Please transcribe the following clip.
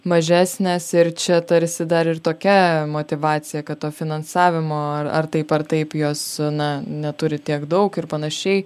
mažesnės ir čia tarsi dar ir tokia motyvacija kad to finansavimo ar taip ar taip jos na neturi tiek daug ir panašiai